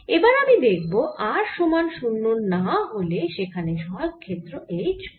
এবার আমি দেখব r সমান 0 না হলে সেখানে সহায়ক ক্ষেত্র H কত